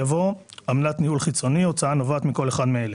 יבוא "עמלת ניהול חיצוני" הוצאה הנובעת מכל אחד מאלה,